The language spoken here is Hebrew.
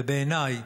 ובעיניי